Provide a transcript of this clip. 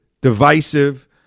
divisive